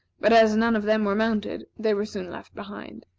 but as none of them were mounted, they were soon left behind.